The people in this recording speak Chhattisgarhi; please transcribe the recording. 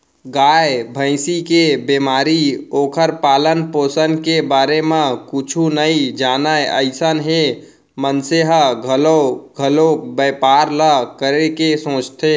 गाय, भँइसी के बेमारी, ओखर पालन, पोसन के बारे म कुछु नइ जानय अइसन हे मनसे ह घलौ घलोक बैपार ल करे के सोचथे